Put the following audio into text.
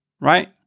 right